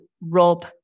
Rob